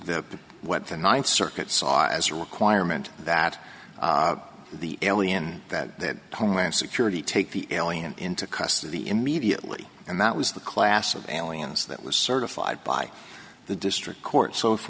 that what the ninth circuit saw as a requirement that the alien that homeland security take the alien into custody immediately and that was the class of aliens that was certified by the district court so if